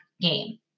game